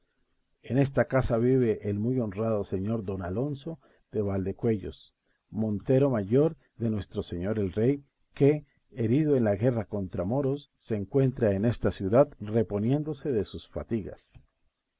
en esta casa vive el muy honrado señor don alonso de valdecuellos montero mayor de nuestro señor el rey que herido en la guerra contra moros se encuentra en esta ciudad reponiéndose de sus fatigas